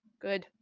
good